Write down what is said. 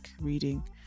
reading